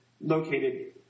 located